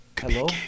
Hello